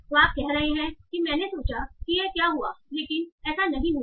तो आप कह रहे हैं कि मैंने सोचा कि यह क्या हुआ लेकिन ऐसा नहीं हुआ